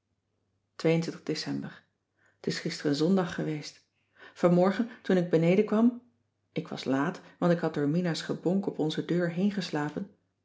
december t is gisteren zondag geweest vanmorgen toen ik beneden kwam ik was laat want ik had door mina's gebonk op onze deur